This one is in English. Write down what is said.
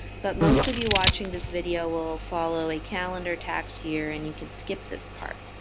but most of you watching this video will follow a calendar tax here, and you can skip this part.